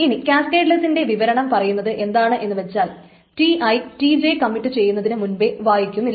ഇനി കാസ്കേഡ്ലെസ്സിന്റെ വിവരണം പറയുന്നത് എന്താണെന്നു വച്ചാൽ Ti Tj കമ്മിറ്റ് ചെയ്യുന്നതിനു മുൻപെ വായിക്കുന്നില്ല